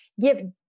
give